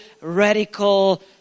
radical